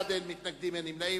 בעד, 7, אין מתנגדים, אין נמנעים.